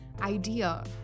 idea